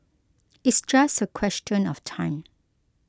it's just a question of time